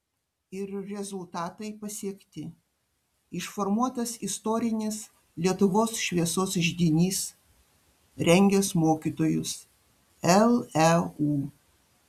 ir rezultatai pasiekti išformuotas istorinis lietuvos šviesos židinys rengęs mokytojus leu